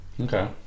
Okay